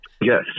Yes